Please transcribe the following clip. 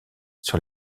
sur